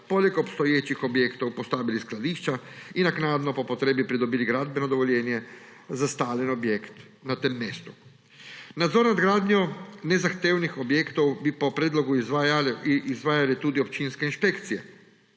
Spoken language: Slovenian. poleg obstoječih objektov postavili skladišča in naknadno po potrebi pridobili gradbeno dovoljenje za stalni objekt na tem mestu. Nadzor nad gradnjo nezahtevnih objektov bi po predlogu izvajale tudi občinske inšpekcije.